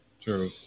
True